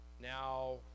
Now